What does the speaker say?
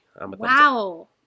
Wow